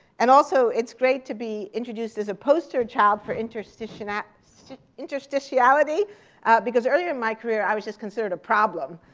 and also it's great to be introduced as a poster child for interstitiality so interstitiality because earlier in my career i was just considered a problem.